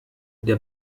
der